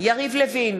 יריב לוין,